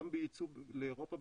גם ביצוא לאירופה,